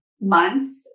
months